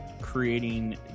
creating